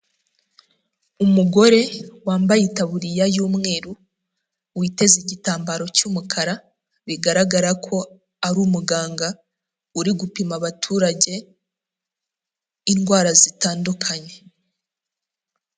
Umugore wambaye itaburiya y'umweru witeze igitambaro cy'umukara, bigaragara ko ari umuganga uri gupima abaturage indwara zitandukanye.